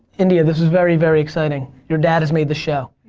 india this is very, very exciting. your dad has made the show.